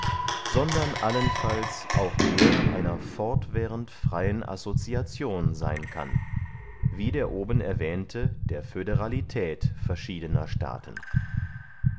sondern allenfalls auch der einer fortwährend freyen association seyn kann wie der oben erwähnte der föderalität verschiedener staaten